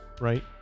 right